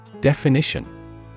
Definition